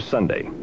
Sunday